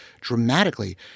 dramatically